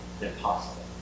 impossible